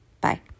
Bye